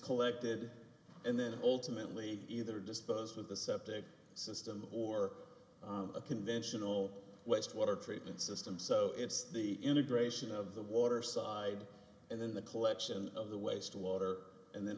collected and then ultimately either disposed of the septic system or a conventional waste water treatment system so it's the integration of the water side and then the collection of the waste water and then